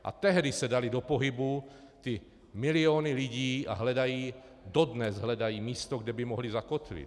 A tehdy se daly do pohybu ty miliony lidí a dodnes hledají místo, kde by mohly zakotvit.